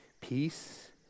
peace